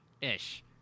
Ish